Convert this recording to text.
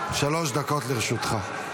שלוש דקות לרשותך.